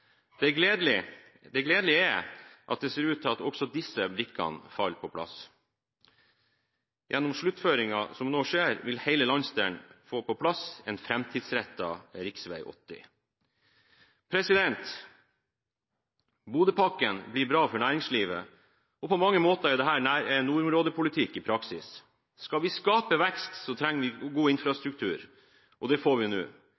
Det gledelige er at det ser ut til at også disse brikkene faller på plass. Gjennom sluttføringen som nå skjer, vil hele landsdelen få på plass en framtidsrettet rv. Bodø-pakken blir bra for næringslivet, og på mange måter er dette nordområdepolitikk i praksis. Hvis vi skal skape vekst, trenger vi god infrastruktur, og det får vi nå.